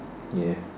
yes